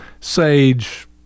sage